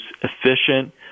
efficient